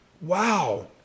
Wow